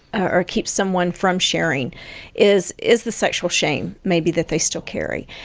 or keeps someone from sharing is is the sexual shame maybe that they still carry.